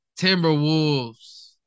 Timberwolves